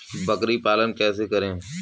बकरी पालन कैसे करें?